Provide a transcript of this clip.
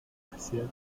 oficial